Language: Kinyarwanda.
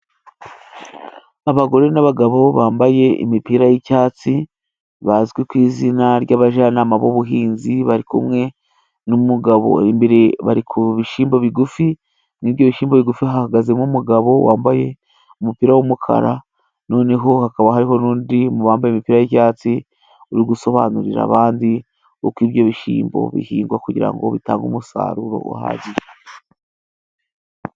Abagore n'abagabo bambaye imipira y'icyatsi bazwi ku izina ry'abajyanama b'ubuhinzi bari kumwe n'umugabo, bari ku bishyimbo bigufi mu ibyo bishyimbo bigufi hahagazemo umugabo wambaye umupira w'umukara, noneho hakaba hariho n'undi mu bambaye imipira y'icyatsi uri gusobanurira abandi uko ibyo bishyimbo bihingwa kugira ngo bitange umusaruro uhagije.